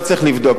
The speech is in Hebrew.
לא צריך לבדוק,